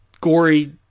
gory